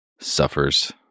suffers